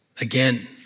Again